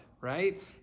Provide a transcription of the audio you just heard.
right